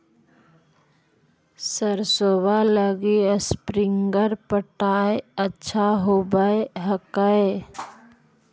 सरसोबा लगी स्प्रिंगर पटाय अच्छा होबै हकैय?